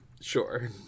Sure